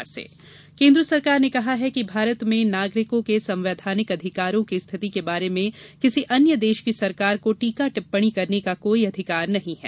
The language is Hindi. रिपोर्ट आपत्ति केंद्र सरकार ने कहा है कि भारत में नागरिकों के संवैधानिक अधिकारों की स्थिति के बारे में किसी अन्य देश की सरकार को टीका टिप्पणी करने का कोई अधिकार नहीं हैं